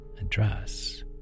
address